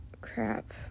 Crap